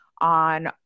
on